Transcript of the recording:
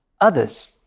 others